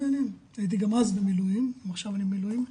הייתי גם אז במילואים וגם עכשיו אני במילואים.